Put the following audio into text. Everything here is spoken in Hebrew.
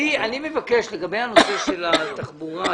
אני מבקש לגבי הנושא של התחבורה,